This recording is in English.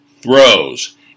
throws